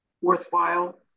worthwhile